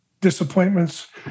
disappointments